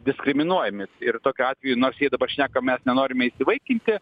diskriminuojami ir tokiu atveju nors jie dabar šneka mes nenorime įsivaikinti